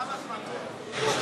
כמה זמן אתה מדבר?